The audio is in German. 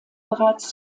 bereits